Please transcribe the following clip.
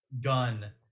gun